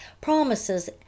promises